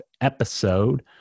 episode